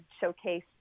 showcase